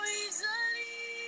easily